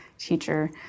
teacher